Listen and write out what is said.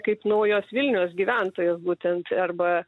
kaip naujos vilnios gyventojos būtent arba